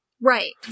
Right